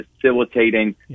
facilitating